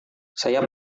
saya